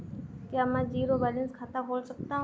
क्या मैं zero balance खाता खोल सकता हूँ?